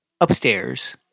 upstairs